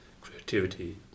creativity